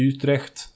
Utrecht